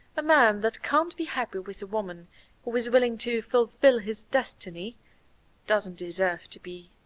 a man that can't be happy with a woman who is willing to fulfil his destiny doesn't deserve to be.